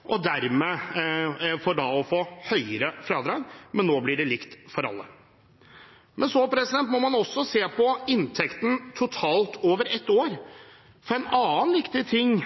for dermed å få høyere fradrag. Men nå blir det likt for alle. Men man må også se på inntekten totalt over et år. En annen viktig ting